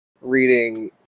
reading